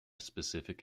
specific